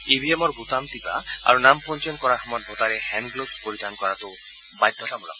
ই V এমৰ বুটাম টিপা আৰু নাম পঞ্জীয়ন কৰাৰ সময়ত ভোটাৰে হেণ্ড গ্লভছ পৰিধান কৰাটো বাধ্যতামূলক